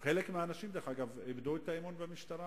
חלק מהאנשים, דרך אגב, איבדו את האמון במשטרה,